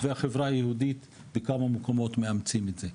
והחברה היהודית בכמה מקומות מאמצים את זה.